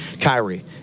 Kyrie